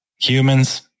humans